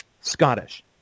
Scottish